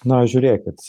na žiūrėkit